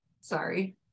Sorry